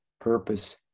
purpose